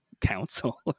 council